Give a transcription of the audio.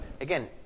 again